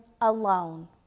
alone